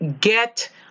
get